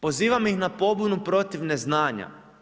Pozivam ih na pobunu protiv neznanja.